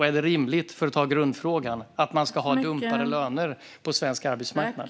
Är det rimligt, för att ta grundfrågan, att vi ska ha dumpade löner på svensk arbetsmarknad?